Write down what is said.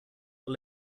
are